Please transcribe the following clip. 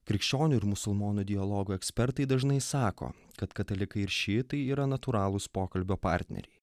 krikščionių ir musulmonų dialogo ekspertai dažnai sako kad katalikai ir šiitai yra natūralūs pokalbio partneriai